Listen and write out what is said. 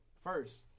First